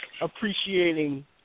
appreciating